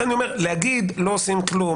להגיד לא עושים כלום,